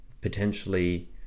potentially